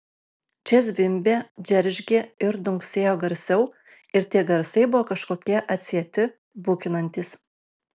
čia zvimbė džeržgė ir dunksėjo garsiau ir tie garsai buvo kažkokie atsieti bukinantys